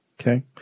Okay